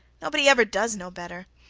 nobody ever does know better.